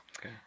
Okay